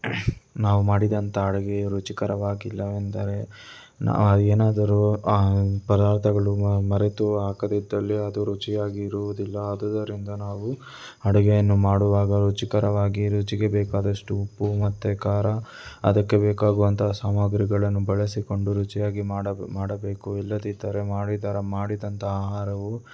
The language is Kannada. ನಾವು ಮಾಡಿದಂಥ ಅಡುಗೆಯು ರುಚಿಕರವಾಗಿಲ್ಲವೆಂದರೆ ನಾವು ಏನಾದರೂ ಆಂ ಪದಾರ್ಥಗಳು ಮರೆತು ಹಾಕದಿದ್ದಲ್ಲಿ ಅದು ರುಚಿಯಾಗಿರುವುದಿಲ್ಲ ಆದುದರಿಂದ ನಾವು ಅಡ್ಗೆಯನ್ನು ಮಾಡುವಾಗ ರುಚಿಕರವಾಗಿ ರುಚಿಗೆ ಬೇಕಾದಷ್ಟು ಉಪ್ಪು ಮತ್ತೆ ಖಾರ ಅದಕ್ಕೆ ಬೇಕಾಗುವಂತಹ ಸಾಮಾಗ್ರಿಗಳನ್ನು ಬಳಸಿಕೊಂಡು ರುಚಿಯಾಗಿ ಮಾಡಬ್ ಮಾಡಬೇಕು ಇಲ್ಲದಿದ್ದರೆ ಮಾಡಿದರ ಮಾಡಿದಂಥ ಆಹಾರವು